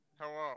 Hello